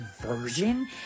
version